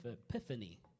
Epiphany